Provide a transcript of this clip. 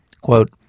Quote